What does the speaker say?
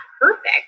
perfect